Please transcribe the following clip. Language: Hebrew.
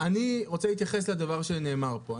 אני רוצה להתייחס לדבר שנאמר פה.